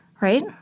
right